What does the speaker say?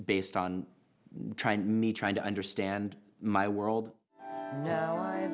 based on trying to me trying to understand my world